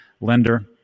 lender